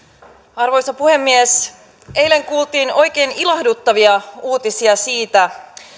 arvoisa puhemies eilen kuultiin oikein ilahduttavia uutisia siitä